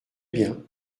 bien